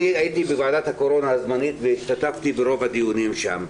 הייתי בוועדת הקורונה הזמנית והשתתפתי ברוב הדיונים שם.